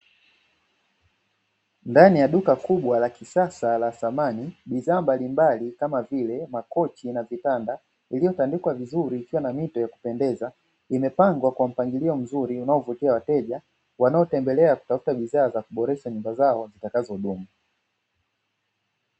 Ndani ya duka kubwa la kisasa la thamani bidhaa mbalimbali kama vile makochi na vitanda, iliyotandikwa vizuri ikiwa na mito ya kupendeza imepangwa kwa mpangilio mzuri unaovutia wateja wanaotembelea kutafuta bidhaa za kuboresha nyumba zao zitakazodumu.